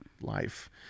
life